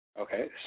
Okay